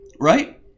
Right